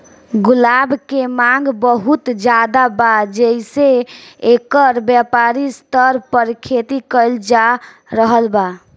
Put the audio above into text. गुलाब के मांग बहुत ज्यादा बा जेइसे एकर व्यापारिक स्तर पर खेती कईल जा रहल बा